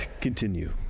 Continue